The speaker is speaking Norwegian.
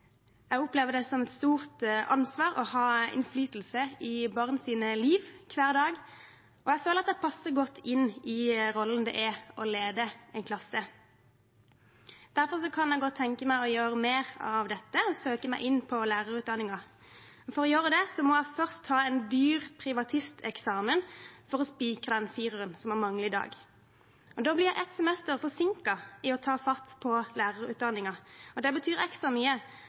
Jeg opplever det som et stort ansvar å ha en innflytelse i barns liv hver dag, og jeg føler at jeg passer godt inn i rollen det er å lede en klasse. Derfor kan jeg godt tenke meg å gjøre mer av dette og søke meg inn på lærerutdanningen. Men for å gjøre det må jeg først ta en dyr privatisteksamen for å spikre den fireren som jeg mangler i dag, og da blir jeg ett semester forsinket i å ta fatt på lærerutdanningen. Det betyr ekstra mye